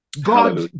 God